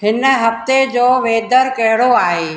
हिन हफ़्ते जो वेदर कहिड़ो आहे